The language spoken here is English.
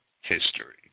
history